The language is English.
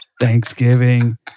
Thanksgiving